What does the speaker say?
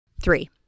Three